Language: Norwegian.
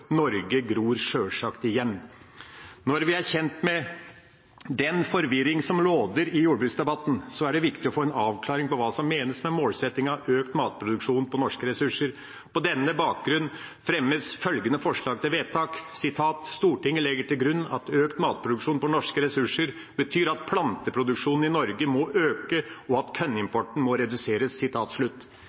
Norge gror sjølsagt igjen. Når vi er kjent med den forvirring som råder i jordbruksdebatten, er det viktig å få en avklaring av hva som menes med målsettinga om økt matproduksjon på norske ressurser. På denne bakgrunn fremmes følgende forslag til vedtak: «Stortinget legger til grunn at «økt matproduksjon på norske ressurser» betyr at planteproduksjonen i Norge må øke, og at kornimporten må reduseres.»